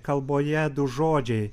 kalboje du žodžiai